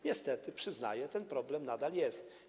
Niestety przyznaję, że ten problem nadal jest.